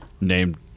named